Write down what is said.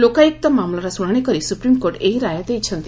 ଲୋକାୟୁକ୍ତ ମାମଲାର ଶୁଶାଶି କରି ସୁପ୍ରିମ୍କୋର୍ଟ ଏହି ରାୟ ଦେଇଛନ୍ତି